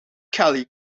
kelly